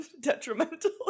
detrimental